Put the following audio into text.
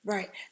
Right